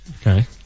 okay